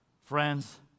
Friends